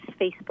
Facebook